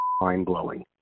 mind-blowing